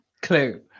clue